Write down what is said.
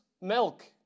milk